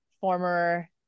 former